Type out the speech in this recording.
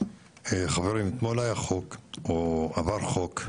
חברים, אתמול עבר חוק,